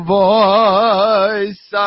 voice